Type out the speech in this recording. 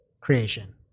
creation